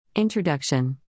Introduction